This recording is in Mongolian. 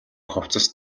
хувцас